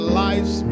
lives